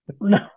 no